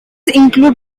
include